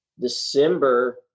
December